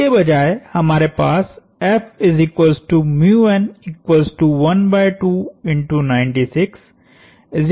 इसके बजाय हमारे पास है